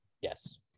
Yes